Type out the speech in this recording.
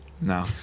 No